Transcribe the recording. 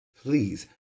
please